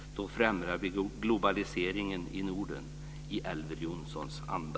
Då främjar vi globaliseringen i Norden i Elver Jonssons anda.